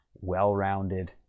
well-rounded